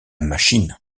machine